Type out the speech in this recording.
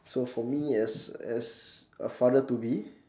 so for me as as a father to be